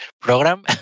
program